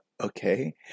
Okay